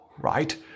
right